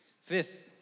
Fifth